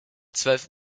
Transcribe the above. zwölf